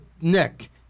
Nick